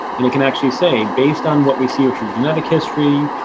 and it can actually say, based on what we see ah through genetic history,